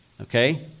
Okay